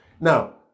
Now